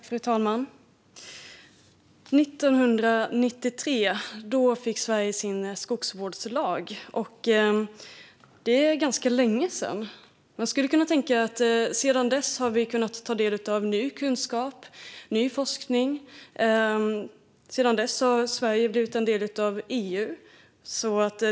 Fru talman! År 1993 fick Sverige sin skogsvårdslag. Det är ganska länge sedan. Man skulle kunna tänka att vi sedan dess har kunnat ta del av ny kunskap och ny forskning. Sedan dess har Sverige också blivit en del av EU.